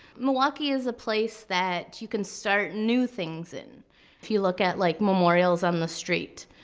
milwaukee is a place that you can start new things. and if you look at like memorials on the street,